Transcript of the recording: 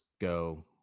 go